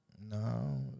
No